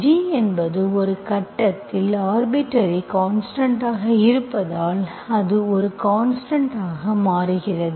g என்பது ஒரு கட்டத்தில் ஆர்பிட்டர்ரி கான்ஸ்டன்ட் ஆக இருப்பதால் அது ஒரு கான்ஸ்டன்ட் ஆக மாறுகிறது